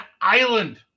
island